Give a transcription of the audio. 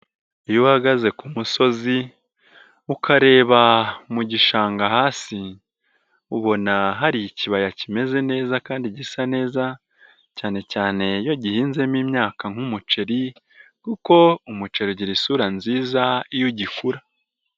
Iyo uhagaze ku musozi ukareba mu gishanga hasi ubona hari ikibaya kimeze neza kandi gisa neza cyane cyane iyo gihinzemo imyaka nk'umuceri kuko umuceri ugira isura nziza iyo ugikura.